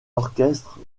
orchestres